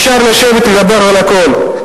אפשר לשבת ולדבר על הכול,